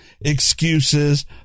excuses